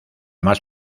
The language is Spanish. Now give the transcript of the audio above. más